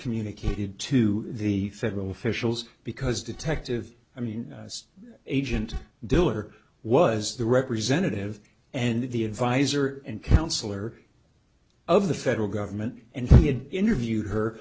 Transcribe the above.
communicated to the federal officials because detective i mean agent diller was the representative and the advisor and counselor of the federal government and he had interviewed her